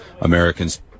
Americans